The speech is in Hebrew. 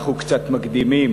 אנחנו קצת מקדימים,